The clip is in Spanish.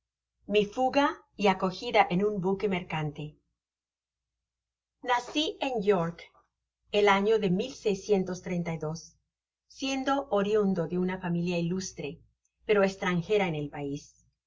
mi fuga y acogida en un buque mercante naci en york el año de siendo orinndo de una familia ilustre pero estrangera en el pais